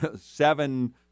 seven